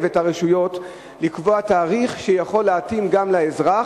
את הרשויות לקבוע תאריך שיכול להתאים גם לאזרח,